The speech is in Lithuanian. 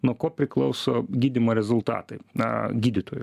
nuo ko priklauso gydymo rezultatai na gydytojų